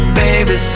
baby